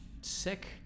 sick